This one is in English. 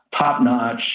top-notch